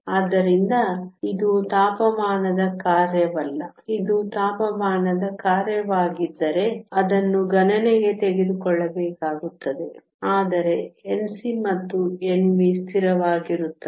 ಆದ್ದರಿಂದ ಇದು ತಾಪಮಾನದ ಕಾರ್ಯವಲ್ಲ ಇದು ತಾಪಮಾನದ ಕಾರ್ಯವಾಗಿದ್ದರೆ ಅದನ್ನು ಗಣನೆಗೆ ತೆಗೆದುಕೊಳ್ಳಬೇಕಾಗುತ್ತದೆ ಆದರೆ Nc ಮತ್ತು Nv ಸ್ಥಿರವಾಗಿರುತ್ತವೆ